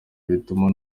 bituma